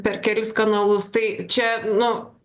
per kelis kanalus tai čia nu